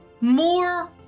more